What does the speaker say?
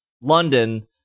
London